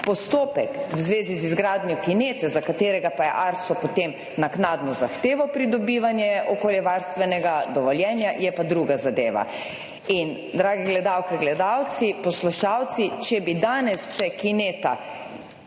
Postopek v zvezi z izgradnjo kinete, za katerega pa je ARSO potem naknadno zahteval pridobivanje okoljevarstvenega dovoljenja, je pa druga zadeva. In drage gledalke, gledalci, poslušalci, če bi danes se kineta